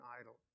idol